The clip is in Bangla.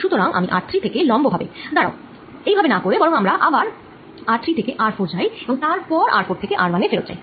সুতরাং আমি যাচ্ছি r3 থেকে লম্ব ভাবে দাঁড়াও এই ভাবে না করে বরং আমরা আবার r3 থেকে r4 যাই আর তারপর r4 থেকে r1 এ ফেরত যাই